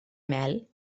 mel